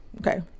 Okay